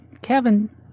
Kevin